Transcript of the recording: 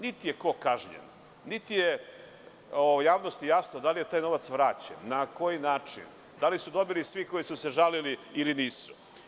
Niti je ko kažnjen, niti je javnosti jasno da li je taj novac vraćen, na koji način, da li su dobili svi koji su se žalili ili nisu.